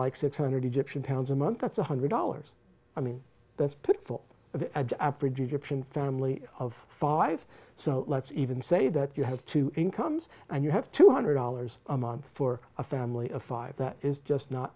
like six hundred egypt pounds a month that's one hundred dollars i mean that's part of the average egyptian family of five so let's even say that you have two incomes and you have two hundred dollars a month for a family of five that is just not